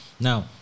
Now